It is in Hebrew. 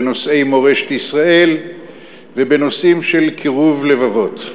בנושאי מורשת ישראל ובנושאים של קירוב לבבות.